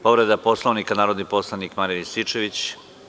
Povreda Poslovnika, narodni poslanik Marijan Rističević.